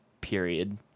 period